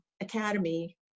Academy